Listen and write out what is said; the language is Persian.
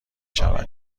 شود